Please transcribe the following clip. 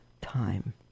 time